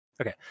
Okay